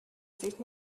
sich